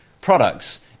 products